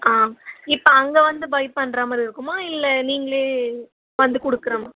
ஆ இப்போ அங்கே வந்து பை பண்ணுற மாதிரி இருக்குமா இல்லை நீங்களே வந்து கொடுக்குற மாரி